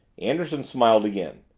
anderson smiled again.